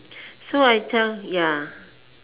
so I tell ya